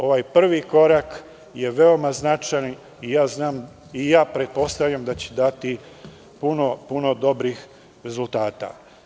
Ovaj prvi korak je veoma značajan i ja pretpostavljam da će dati puno, puno dobrih rezultata.